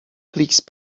please